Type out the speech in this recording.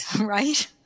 Right